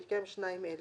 בהתקיים שניים אלה: